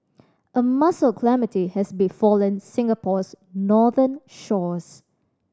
a mussel calamity has befallen Singapore's northern shores